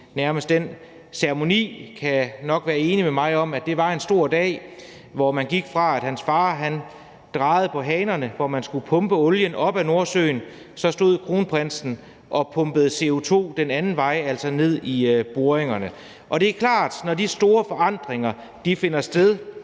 og dem, der deltog kan nok være enig med mig i, at det var en stor dag, hvor man gik fra, at hans far havde drejet på hanerne, da man skulle pumpe olien op af Nordsøen, og til, at kronprinsen nu stod og pumpede CO2 den anden vej, altså ned i boringerne. Det er klart, at når de store forandringer finder sted,